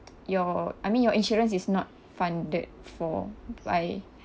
your I mean your insurance is not funded for by